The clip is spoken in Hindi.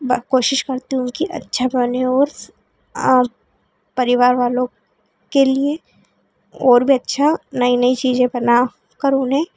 मैं कोशिश करती हूँ कि अच्छा बने और परिवार वालों के लिए और भी अच्छा नई नई चीज़ें बनाकर उन्हें